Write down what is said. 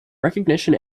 recognition